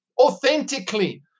authentically